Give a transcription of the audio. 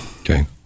okay